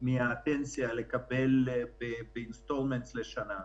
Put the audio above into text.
מהפנסיה לשנה הזאת.